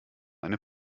eine